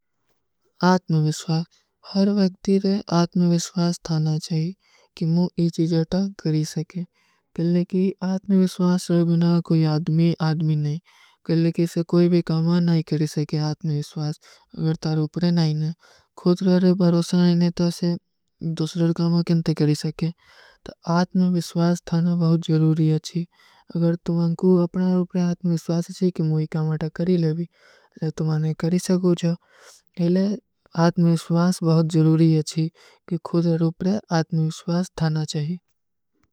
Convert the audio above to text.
ଆତ୍ମଵିଶ୍ଵାସ, ହର ଵକ୍ତିରେ ଆତ୍ମଵିଶ୍ଵାସ ଥାନା ଚାହିଏ, କି ମୁଝେ ଯେ ଚୀଜଟା କରୀ ସକେ। କିଲିକି ଆତ୍ମଵିଶ୍ଵାସ ରହ ବିନା କୋଈ ଆଦମୀ ଆଦମୀ ନହୀଂ। କିଲିକି ଇସେ କୋଈ ଭୀ କାମା ନହୀଂ କରୀ ସକେ ଆତ୍ମଵିଶ୍ଵାସ, ଅଗର ତାରୂପରେ ନହୀଂ ହୈ। ଖୁଦ ରହେ ଭରୋସନା ଇନେ ତାସେ ଦୁସରେ କାମା କେଂଟେ କରୀ ସକେ। ତା ଆତ୍ମଵିଶ୍ଵାସ ଥାନା ବହୁତ ଜରୂରୀ ହୈ। ଅଗର ତୁମ୍ହାଂ କୋ ଅପନା ରୂପରେ ଆତ୍ମଵିଶ୍ଵାସ ହୈ କି ମୁଝେ ଯେ କାମା ତା କରୀ ଲେଵୀ, ଜବ ତୁମ୍ହାଂନେ କରୀ ସକୋ ଜା। ଇଲିଏ ଆତ୍ମଵିଶ୍ଵାସ ବହୁତ ଜରୂରୀ ହୈ କି ଖୁଦ ରୂପରେ ଆତ୍ମଵିଶ୍ଵାସ ଥାନା ଚାହିଏ।